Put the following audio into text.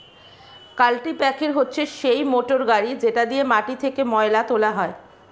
কাল্টিপ্যাকের হচ্ছে সেই মোটর গাড়ি যেটা দিয়ে মাটি থেকে ময়লা তোলা হয়